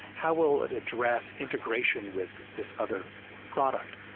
how will it address integration with this other product?